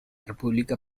república